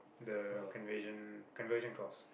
the conversion conversion course